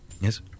Yes